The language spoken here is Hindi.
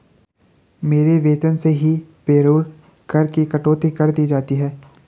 मेरे वेतन से ही पेरोल कर की कटौती कर दी जाती है